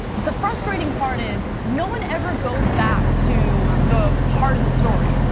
the frustrating part is no one ever goes back to the heart of the story,